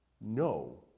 no